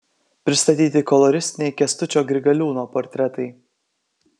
pristatyti koloristiniai kęstučio grigaliūno portretai